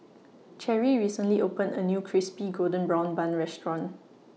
Cherry recently opened A New Crispy Golden Brown Bun Restaurant